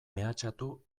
mehatxatu